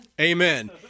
Amen